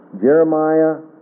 Jeremiah